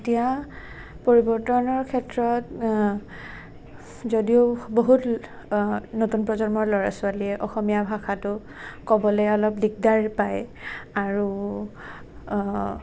এতিয়া পৰিৱৰ্তনৰ ক্ষেত্ৰত যদিও বহুত নতুন প্ৰজন্মৰ ল'ৰা ছোৱালীয়ে অসমীয়া ভাষাটো ক'বলৈ অলপ দিগদাৰ পায় আৰু